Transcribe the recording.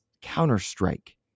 Counter-Strike